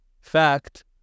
fact